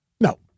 No